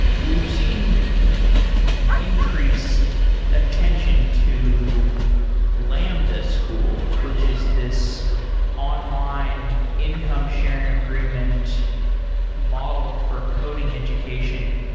we've seen an increased attention to lambda school, which is this online income sharing agreement model for coding education.